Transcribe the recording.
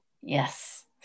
Yes